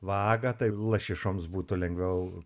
vagą tai lašišoms būtų lengviau